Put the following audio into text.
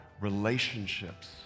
relationships